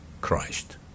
Christ